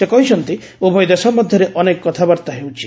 ସେ କହିଛନ୍ତି ଉଭୟ ଦେଶ ମଧ୍ୟରେ ଅନେକ କଥାବାର୍ତ୍ତା ହେଉଛି